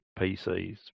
PCs